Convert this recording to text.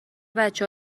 بچه